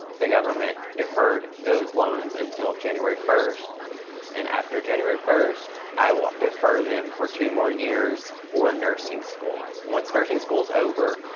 the government deferred those loans until january first and after january first, i will defer them for two more years for nursing school. once nursing school is over,